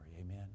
Amen